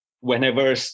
whenever